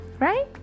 right